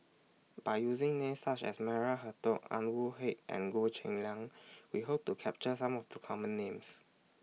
By using Names such as Maria Hertogh Anwarul Haque and Goh Cheng Liang We Hope to capture Some of The Common Names